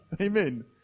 Amen